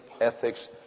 Ethics